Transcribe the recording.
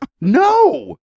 No